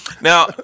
now